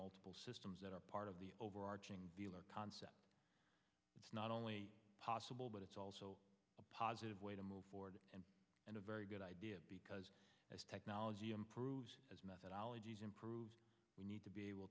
multiple systems that are part of the overarching concept it's not only possible but it's also a positive way to move forward and a very good idea because as technology improves as methodologies improves we need to be able